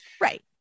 right